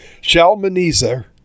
Shalmaneser